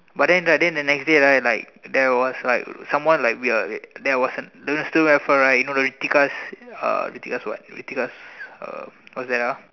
but then right then the next day right like there was like someone like we're there was a right you know the Ritikas uh Ritikas what Ritikas uh what's that ah